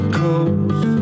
coast